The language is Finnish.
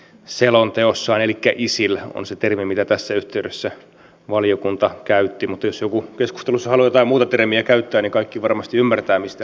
elikkä isil on se termi jota tässä yhteydessä valiokunta käytti mutta jos joku keskustelussa haluaa jotain muuta termiä käyttää niin kaikki varmasti ymmärtävät mistä on kysymys